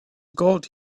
gold